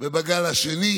ובגל השני,